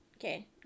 Okay